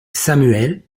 samuel